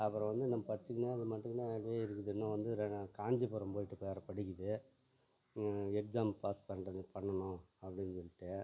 அப்புறம் வந்து இன்னும் படிச்சுக்கினே மட்டுந்தான் அப்படியே இருக்குது இன்னும் வந்து ரெ காஞ்சிபுரம் போயிட்டு வேறு படிக்குது எக்ஸாம் பாஸ் பண்ணுறது பண்ணணும் அப்படின்னுட்டு